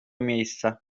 miejsca